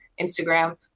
Instagram